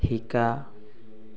শিকা